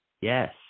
yes